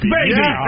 baby